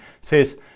says